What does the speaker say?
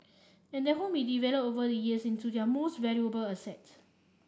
and that home we developed over the years into their most valuable asset